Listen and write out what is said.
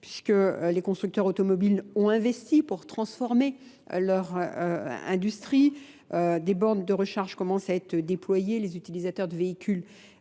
puisque les constructeurs automobiles ont investi pour transformer leur industrie. Des bornes de recharge commencent à être déployées, les utilisateurs de véhicules